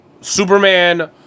Superman